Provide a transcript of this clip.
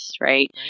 right